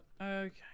okay